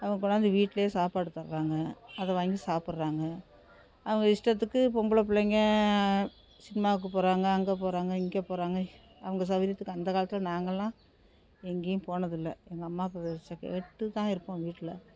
நமக்கு கொண்டாந்து வீட்லேயே சாப்பாடு தர்றாங்க அதை வாங்கி சாப்பிட்றாங்க அவங்க இஷ்டத்துக்கு பொம்பளை பிள்ளைங்க சினிமாவுக்கு போகிறாங்க அங்கே போகிறாங்க இங்கே போகிறாங்க அவங்க சௌகரியத்துக்கு அந்தக் காலத்தில் நாங்கள்லாம் எங்கேயும் போனதில்லை எங்கள் அம்மா அப்பா பேச்சை கேட்டு தான் இருப்போம் வீட்டில்